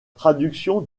traduction